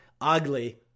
ugly